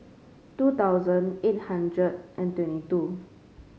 two thousand eight hundred and twenty two